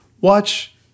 watch